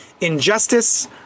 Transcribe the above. injustice